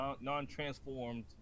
non-transformed